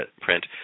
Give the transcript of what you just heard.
print